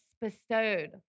bestowed